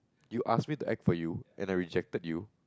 you asked me to act for you and I rejected you